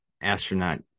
astronaut